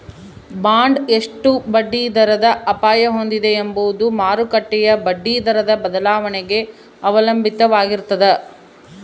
bond ಎಷ್ಟು ಬಡ್ಡಿದರದ ಅಪಾಯ ಹೊಂದಿದೆ ಎಂಬುದು ಮಾರುಕಟ್ಟೆಯ ಬಡ್ಡಿದರದ ಬದಲಾವಣೆಗೆ ಅವಲಂಬಿತವಾಗಿರ್ತದ